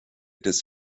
des